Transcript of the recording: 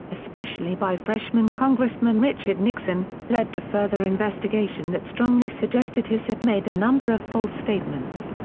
especially by freshman congressman richard nixon, led to further investigation that strongly suggested hiss had made a number of false statements.